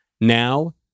Now